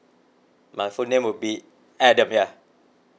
my full name will be adam yeah